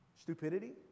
stupidity